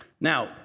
Now